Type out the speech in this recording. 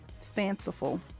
fanciful